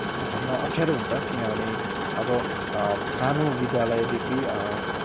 भन्न अप्ठ्यारो हुन्छ किनभने अब सानो विद्यालयदेखि